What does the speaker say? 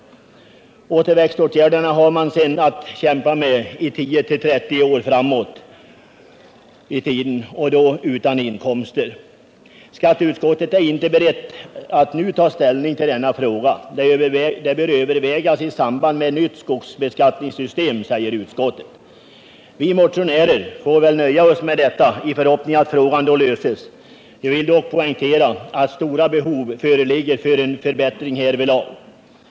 Återväxtåtgärderna har man sedan att kämpa med i 10-30 år framåt i tiden och då utan inkomster. Skatteutskottet är inte berett att nu ta ställning till denna fråga. Den bör övervägas i samband med ett nytt skogsbeskattningssystem, säger utskottet. Vi motionärer får väl nöja oss med detta i förhoppning att frågan då löses. Jag vill dock poängtera att stort behov föreligger av en förbättring härvidlag.